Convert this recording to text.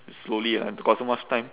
slowly ah got so much time